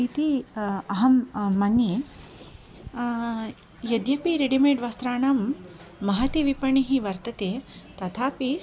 इति अहं मन्ये यद्यपि रेडि मेड् वस्त्राणां महति विपणिः वर्तते तथापि